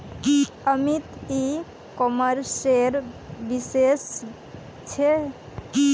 अमित ई कॉमर्सेर विशेषज्ञ छे